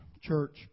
church